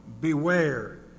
beware